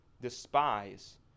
despise